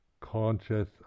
conscious